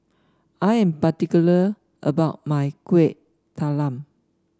I am particular about my Kueh Talam